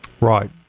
Right